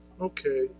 okay